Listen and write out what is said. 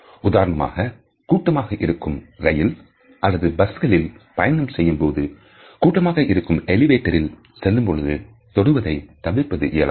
உதாரணமாக கூட்டமாக இருக்கும் ரயில் அல்லது பஸ்களில் பயணம் செய்யும்பொழுதோ கூட்டமாக இருக்கும் எலிவேட்ட ரில் செல்லு பொழுதோ தொடுவதை தவிர்த்தல் இயலாது